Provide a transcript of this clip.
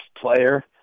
player